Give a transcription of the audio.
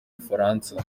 bufaransa